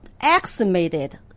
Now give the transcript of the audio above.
estimated